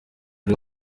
w’u